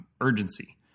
urgency